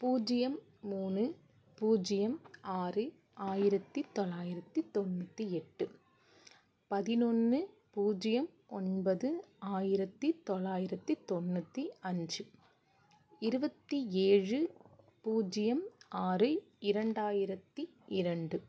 பூஜ்ஜியம் மூணு பூஜ்ஜியம் ஆறு ஆயிரத்தி தொள்ளாயிரத்தி தொண்ணூற்றி எட்டு பதினொன்று பூஜ்ஜியம் ஒன்பது ஆயிரத்தி தொள்ளாயிரத்தி தொண்ணூற்றி அஞ்சு இருபத்தி ஏழு பூஜ்ஜியம் ஆறு இரண்டாயிரத்தி இரண்டு